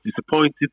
disappointed